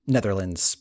Netherlands